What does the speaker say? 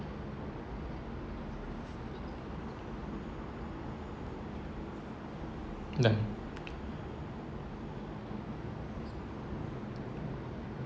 done